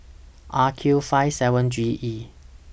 R Q five seven G E